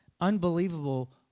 unbelievable